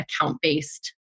account-based